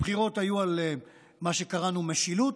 הבחירות היו על מה שקראנו משילות,